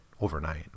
overnight